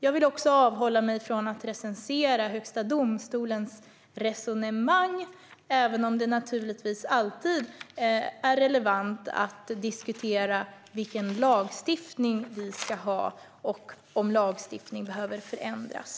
Jag vill också avhålla mig från att recensera Högsta domstolens resonemang, även om det naturligtvis alltid är relevant att diskutera vilken lagstiftning som ska finnas och om lagstiftning behöver förändras.